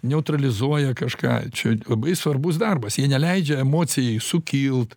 neutralizuoja kažką čia labai svarbus darbas jie neleidžia emocijai sukilt